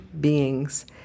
beings